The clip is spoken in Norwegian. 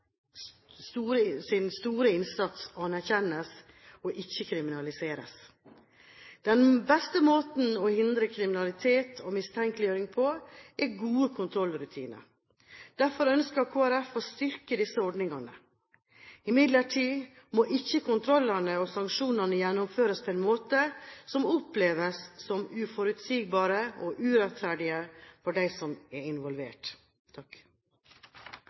store innsats anerkjennes, og ikke kriminaliseres. Den beste måten å hindre kriminalitet og mistenkeliggjøring på, er gode kontrollrutiner. Derfor ønsker Kristelig Folkeparti å styrke disse ordningene. Imidlertid må ikke kontrollene og sanksjonene gjennomføres på en måte som oppleves som uforutsigbare og urettferdige for dem som er involvert.